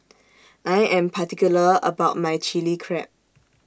I Am particular about My Chilli Crab